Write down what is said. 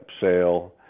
sale